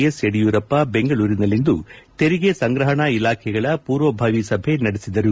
S Yediyurappa ಬೆಂಗಳೂರಿನಲ್ಲಿಂದು ತೆರಿಗೆ ಸಂಗ್ರಹಣಾ ಇಲಾಖೆಗಳ ಪೂರ್ವಭಾವಿ ಸಭೆ ನಡೆಸಿದರು